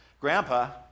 Grandpa